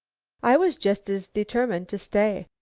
i was just as determined to stay.